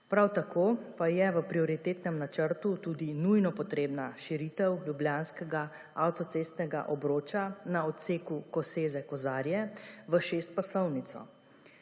Prav tako pa je v prioritetnem načrtu tudi nujno potrebna širitev ljubljanskega avtocestnega obroča na odseku Koseze – Kozarje v šestpasovnico.